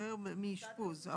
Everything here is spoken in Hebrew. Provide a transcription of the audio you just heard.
שישחרר מאשפוז".